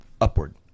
Upward